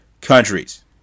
countries